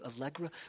Allegra